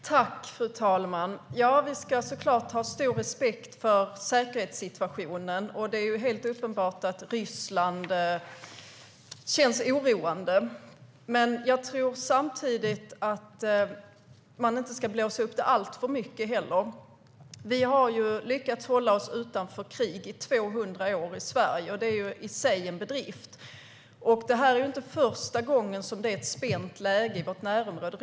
Fru talman! Vi ska såklart ha stor respekt för säkerhetssituationen. Det är helt uppenbart att det känns oroande med Ryssland. Men jag tror samtidigt att man inte ska blåsa upp det alltför mycket. Vi har lyckats hålla oss utanför krig i 200 år i Sverige. Det är i sig en bedrift. Det här är inte första gången som det är ett spänt läge i vårt närområde.